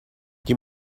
you